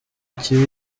kibi